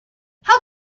how